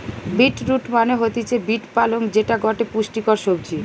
beet root মানে হতিছে beet পালং যেটা গটে পুষ্টিকর সবজি